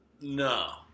No